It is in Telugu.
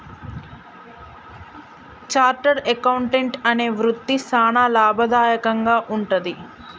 చార్టర్డ్ అకౌంటెంట్ అనే వృత్తి సానా లాభదాయకంగా వుంటది